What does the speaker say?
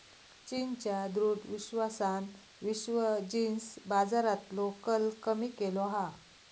चीनच्या दृढ विश्वासान विश्व जींस बाजारातलो कल कमी केलो हा